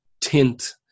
tint